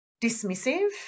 dismissive